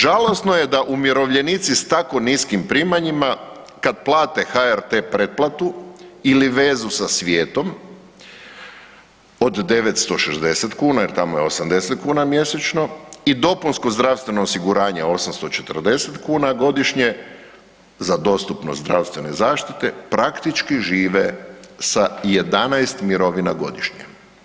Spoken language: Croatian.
Žalosno je da umirovljenici sa tako niskim primanjima kada plate HRT-e pretplatu ili vezu sa svijetom od 960 kuna, jer tamo je 80 kuna mjesečno i dopunsko zdravstveno osiguranje 840 kuna godišnje za dostupnost zdravstvene zaštite praktički žive sa 11 mirovina godišnje.